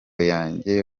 yanjye